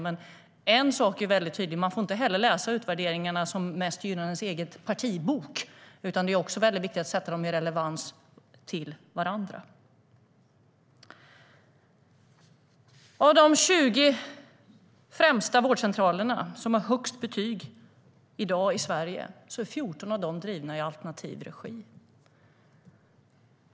Men en sak är väldigt tydlig. Man får inte bara läsa de utvärderingar som gynnar ens egen partibok mest. Det är viktigt att sätta dem i samband med varandra. Av de 20 främsta vårdcentralerna, som har högst betyg i dag i Sverige, är 14 drivna i alternativ regi.